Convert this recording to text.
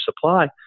supply